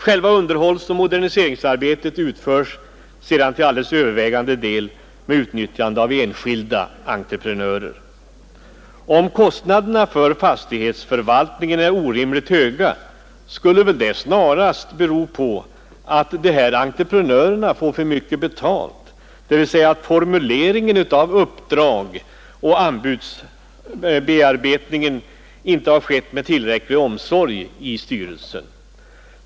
Själva underhållsoch moderniseringsarbetet utförs till övervägande del genom utnyttjande av enskilda entreprenörer. Om kostnaderna för fastighetsförvaltningen är orimligt höga, skulle det väl snarast bero på att dessa entreprenörer får för mycket betalt, dvs. på att formuleringen av uppdrag och anbudsbearbetningen inte har utförts med tillräcklig omsorg inom byggnadsstyrelsen.